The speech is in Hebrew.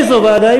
איזו ועדה?